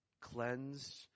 Cleanse